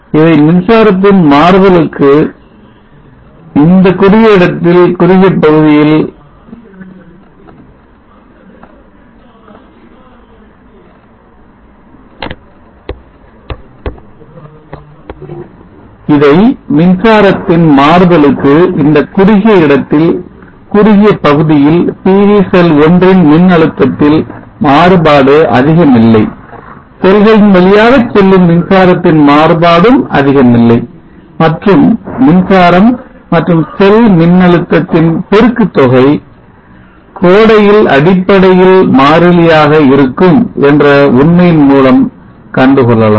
இதை மின்சாரத்தின் மாறுதலுக்கு இந்த குறுகிய இடத்தில் குறுகிய பகுதியில் PV செல் 1 ன் மின் அழுத்தத்தில் மாறுபாடு அதிகமில்லை செல்களின் வழியாகச் செல்லும் மின்சாரத்தின் மாறுபாடும் அதிகமில்லை மற்றும் மின்சாரம் மற்றும் செல் மின்னழுத்தத்தின் பெருக்குதொகை கோடையில் அடிப்படையில் மாறிலியாக இருக்கும் என்ற உண்மையின் மூலம் கண்டுகொள்ளலாம்